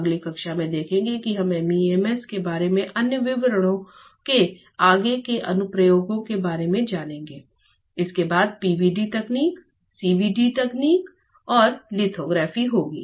अगली कक्षा में देखेंगे और हम MEMS के बारे में अन्य विवरणों के आगे के अनुप्रयोग के बारे में जानेंगे इसके बाद PVD तकनीक CVD तकनीक और लिथोग्राफी होगी